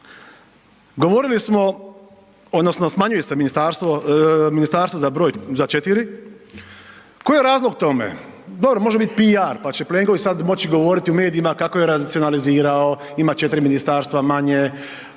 govorili smo odnosno smanjuju se ministarstva za četiri. Koji je razlog tome? Dobro, može biti PR pa će Plenković sad moć govoriti u medijima kako je racionalizirao, ima četiri ministarstva manje,